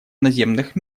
наземных